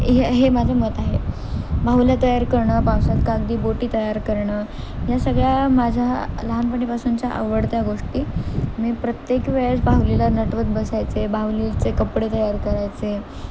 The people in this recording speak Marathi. हे हे माझं मत आहे बाहुल्या तयार करणं पावसात कागदी बोटी तयार करणं या सगळ्या माझ्या लहानपणीपासूनच्या आवडत्या गोष्टी मी प्रत्येक वेळेस बाहुलीला नटवत बसायचे बाहुलीचे कपडे तयार करायचे